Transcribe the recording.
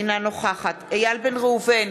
אינה נוכחת איל בן ראובן,